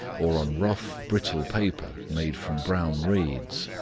or on rough, brittle paper made from brown reeds.